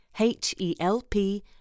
H-E-L-P